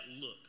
look